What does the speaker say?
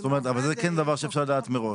שלא נדע, אבל זה כן דבר שאפשר לדעת מראש.